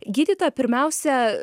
gydytoja pirmiausia